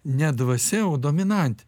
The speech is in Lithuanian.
ne dvasia o dominantė